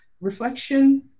reflection